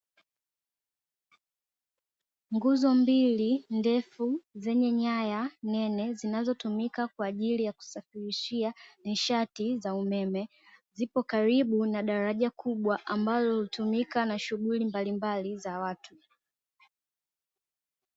Nguzo mbili ndefu zenye nyaya nene, zinazotumika kwa ajili ya kusafirishia nishati za umeme, zipo karibu na daraja kubwa ambalo hutumika na shughuli mbalimbali za watu.